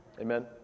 Amen